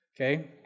Okay